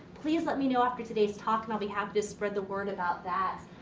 please let me know after today's talk and i'll be happy to spread the word about that.